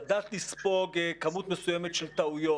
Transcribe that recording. לדעת לספוג כמות מסוימת של טעויות?